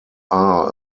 are